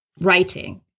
writing